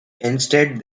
instead